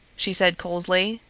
she said coldly.